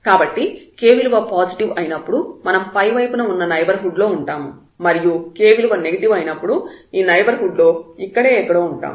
కాబట్టి k విలువ positive అయినప్పుడు మనం పై వైపున ఉన్న నైబర్హుడ్ లో ఉంటాము మరియు k విలువ నెగిటివ్ అయినప్పుడు ఈ నైబర్హుడ్ లో ఇక్కడే ఎక్కడో ఉంటాము